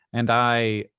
and i,